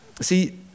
See